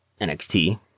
NXT